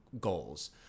goals